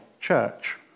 Church